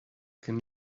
can